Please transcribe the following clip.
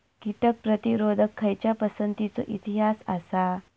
कीटक प्रतिरोधक खयच्या पसंतीचो इतिहास आसा?